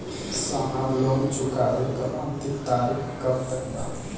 साहब लोन चुकावे क अंतिम तारीख कब तक बा?